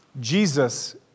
Jesus